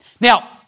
Now